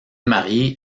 marié